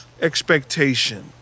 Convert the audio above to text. expectation